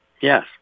yes